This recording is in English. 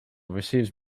received